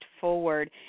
forward